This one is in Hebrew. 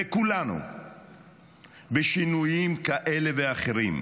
וכולנו בשינויים כאלה ואחרים,